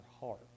heart